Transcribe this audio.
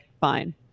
fine